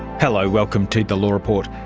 hello, welcome to the law report.